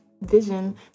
vision